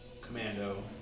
Commando